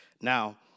now